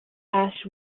ash